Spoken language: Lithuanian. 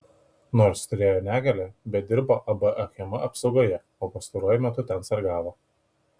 nors turėjo negalią bet dirbo ab achema apsaugoje o pastaruoju metu ten sargavo